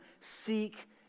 seek